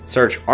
Search